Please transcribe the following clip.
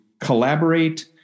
collaborate